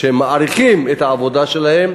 שמעריכים את העבודה שלו,